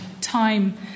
time